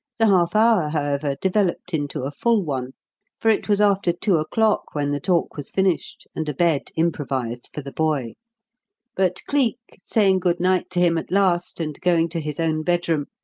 the half-hour, however, developed into a full one for it was after two o'clock when the talk was finished and a bed improvised for the boy but cleek, saying good night to him at last and going to his own bedroom,